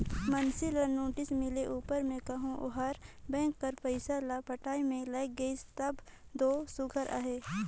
मइनसे ल नोटिस मिले उपर में कहो ओहर बेंक कर पइसा ल पटाए में लइग गइस तब दो सुग्घर अहे